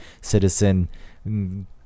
Citizen